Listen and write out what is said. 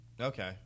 Okay